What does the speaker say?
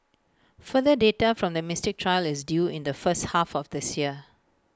further data from the Mystic trial is due in the first half of this year